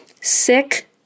sick